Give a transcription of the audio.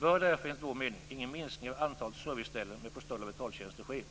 bör därför enligt vår mening ingen minskning av antalet serviceställen med postala betaltjänster ske.